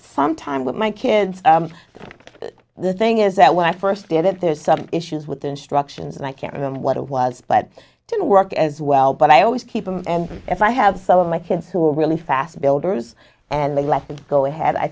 some time with my kids the thing is that when i first did it there's some issues with the instructions and i can't remember what it was but i didn't work as well but i always keep them and if i have some of my kids who are really fast builders and they let them go ahead i